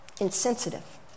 Insensitive